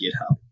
GitHub